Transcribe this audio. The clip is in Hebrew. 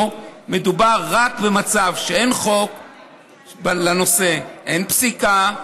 מדובר רק במצב שאין חוק לנושא, אין פסיקה,